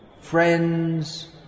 friends